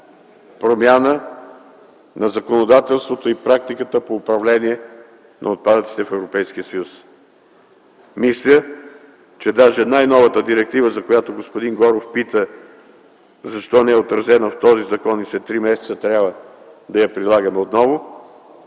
промяна на законодателството и практиката по управление на отпадъците в Европейския съюз. Мисля, че даже най-новата директива, за която господин Горов пита защо не е отразена в този закон и след три месеца трябва да я прилагаме отново,